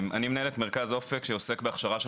אני מנהל את מרכז אופק שעוסק בהכשרה של